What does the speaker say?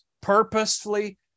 purposefully